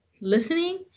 listening